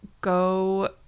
go